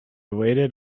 waited